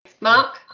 Mark